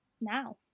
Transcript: now